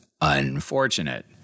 unfortunate